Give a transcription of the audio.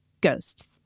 ghosts